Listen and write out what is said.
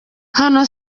hano